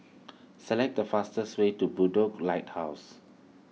select the fastest way to Bedok Lighthouse